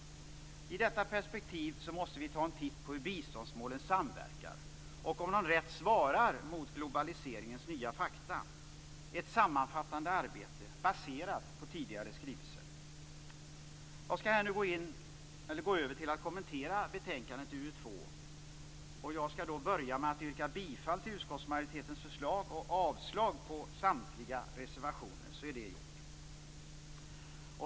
I detta perspektiv måste vi ta en titt på hur biståndsmålen samverkar och på om de rätt svarar mot globaliseringens nya fakta - ett sammanfattande arbete baserat på tidigare skrivelser. Jag går nu över till att kommentera betänkande UU2. Jag börjar med att yrka bifall till utskottsmajoritetens förslag och avslag på samtliga reservationer.